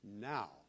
Now